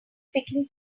picking